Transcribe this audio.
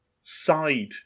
side